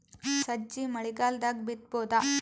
ಸಜ್ಜಿ ಮಳಿಗಾಲ್ ದಾಗ್ ಬಿತಬೋದ?